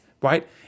right